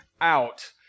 out